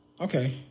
Okay